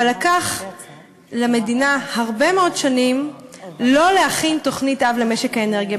אבל לקח למדינה הרבה מאוד שנים לא להכין תוכנית-אב למשק האנרגיה.